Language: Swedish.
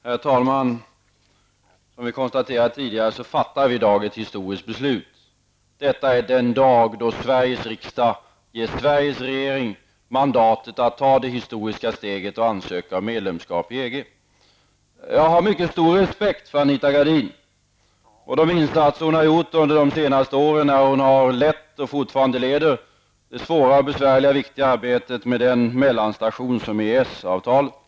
Herr talman! Som vi har konstaterat tidigare fattar vi i dag ett historiskt beslut. Detta är den dag då Sveriges riksdag ger Sveriges regering mandat att ta det historiska steget att ansöka om medlemskap i Jag har mycket stor respekt för Anita Gradin och de insatser hon har gjort under de senaste åren när hon har lett, och fortfarande leder, det svåra, besvärliga och viktiga arbetet med den mellanstation som EES-avtalet utgör.